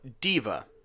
diva